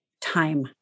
time